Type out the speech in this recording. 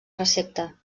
recepta